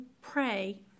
pray